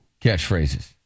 catchphrases